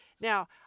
now